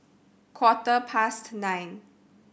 quarter past nine